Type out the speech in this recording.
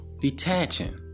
detaching